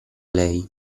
lei